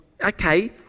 Okay